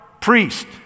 priest